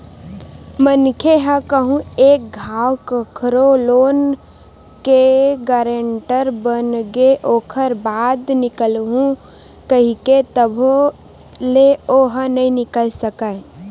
मनखे ह कहूँ एक घांव कखरो लोन के गारेंटर बनगे ओखर बाद निकलहूँ कइही तभो ले ओहा नइ निकल सकय